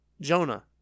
Jonah